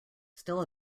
still